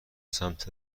سمت